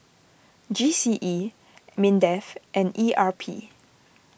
G C E Mindef and E R P